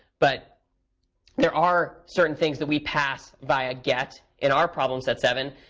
but there are certain things that we pass via get in our problem set seven.